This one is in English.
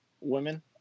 women